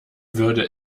würde